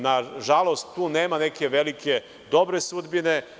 Nažalost, tu nema neke velike dobre sudbine.